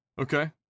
Okay